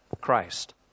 Christ